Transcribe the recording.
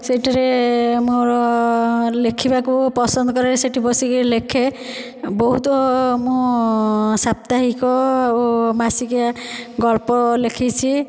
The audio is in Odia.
ସେହିଠାରେ ମୋର ଲେଖିବାକୁ ପସନ୍ଦ କରେ ସେଠି ବସିକି ଲେଖେ ବହୁତ ମୁ ସାପ୍ତାହିକ ମାସିକିଆ ଗଳ୍ପ ଲେଖିଛି